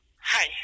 Hi